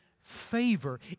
favor